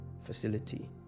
facility